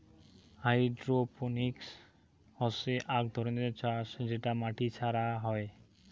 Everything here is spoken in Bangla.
হাইড্রোপনিক্স হসে আক ধরণের চাষ যেটা মাটি ছাড়া হই